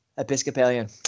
Episcopalian